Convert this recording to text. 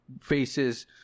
faces